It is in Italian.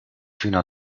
fino